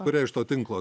kurie iš to tinklo